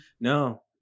No